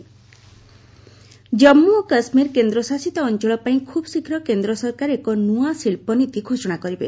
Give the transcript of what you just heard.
ପ୍ରସାଦ ଓମେନ ଜାନ୍ଥ ଓ କାଶ୍ୱୀର କେନ୍ଦ୍ରଶାସିତ ଅଞ୍ଚଳ ପାଇଁ ଖୁବ୍ ଶୀଘ୍ର କେନ୍ଦ୍ର ସରକାର ଏକ ନୂଆ ଶିଳ୍ପନୀତି ଘୋଷଣା କରିବେ